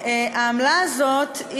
העמלה הזאת,